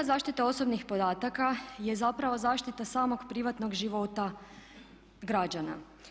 Svrha zaštite osobnih podataka je zapravo zaštita samog privatnog života građana.